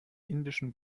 indischen